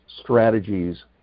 strategies